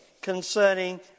concerning